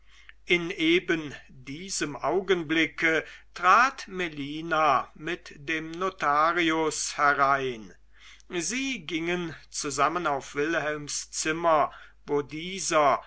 in eben diesem augenblicke trat melina mit dem notarius herein sie gingen zusammen auf wilhelms zimmer wo dieser